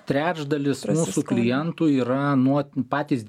trečdalis mūsų klientų yra nuo patys